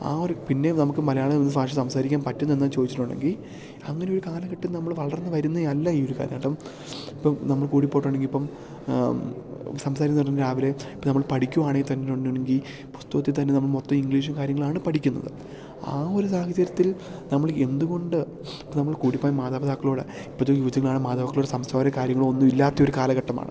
ആ ഒരു പിന്നെ നമുക്ക് മലയാള ഭാഷ സംസാരിക്കാൻ പറ്റുവെന്ന് എന്ന് ചോദിച്ചിട്ടുണ്ടെങ്കിൽ അങ്ങനൊരു കാലഘട്ടം നമ്മള് വളർന്ന് വരുന്ന അല്ല ഈ ഒര് കാലഘട്ടം ഇപ്പം നമ്മൾ കൂടിപ്പോയിട്ടുണ്ടെങ്കിൽ ഇപ്പം സംസാരിക്കുന്നതെന്ന് രാവിലെ ഇപ്പം നമ്മള് പഠിക്കുവാണേൽ തന്നെന്നുണ്ടെങ്കില് പുസ്തകത്തിൽ തന്നെ നമ്മള് മൊത്തം ഇംഗ്ലീഷ് കാര്യങ്ങളാണ് പഠിക്കുന്നത് ആ ഒര് സാഹചര്യത്തിൽ നമ്മള് എന്ത്കൊണ്ട് നമ്മൾ കൂടിപ്പോയാൽ മാതാപിതാക്കളോട് ഇപ്പത്തെ യുവജനങ്ങളാണ് മതാപിതാക്കളോട് സംസാര കാര്യങ്ങളോ ഒന്നും ഇല്ലാത്ത ഒര് കാലഘട്ടമാണ്